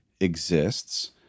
exists